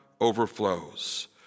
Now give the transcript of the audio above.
overflows